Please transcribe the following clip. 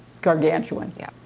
gargantuan